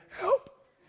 help